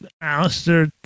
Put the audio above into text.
Alistair